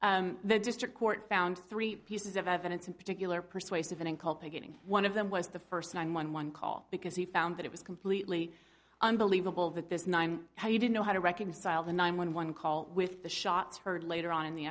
correct the district court found three pieces of evidence in particular persuasive and called beginning one of them was the first nine one one call because he found that it was completely unbelievable that this nine how you didn't know how to reconcile the nine one one call with the shots heard later on in the